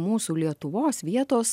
mūsų lietuvos vietos